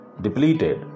depleted